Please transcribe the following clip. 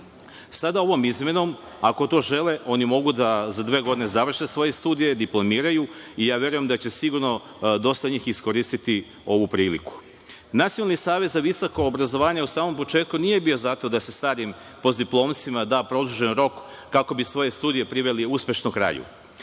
Sada ovom izmenom, ako to žele mogu za dve godine da završe svoje studije, diplomiraju i verujem da će sigurno dosta njih iskoristiti ovu priliku. Nacionalni savet za visoko obrazovanje u samom početku nije bio za to da se starim postdiplomcima da produžen rok kako bi svoje studije priveli uspešno kraju.